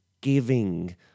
giving